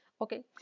okay